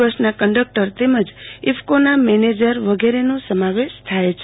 બસના કન્ડકટર તેમજ ઈફકોના મેનેજર વગરેનો સમાવેશ થાય છે